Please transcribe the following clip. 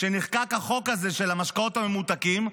כשנחקק החוק הזה של המשקאות הממותקים,